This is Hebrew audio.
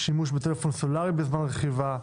שימוש בטלפון סלולרי בזמן רכיבה,